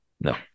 no